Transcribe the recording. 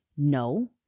No